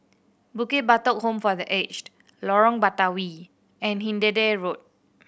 Bukit Batok Home for The Aged Lorong Batawi and Hindhede Road